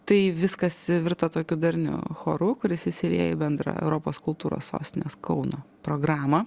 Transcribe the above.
tai viskas virto tokiu darniu choru kuris įsilieja į bendrą europos kultūros sostinės kauno programą